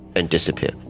and disappear.